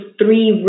three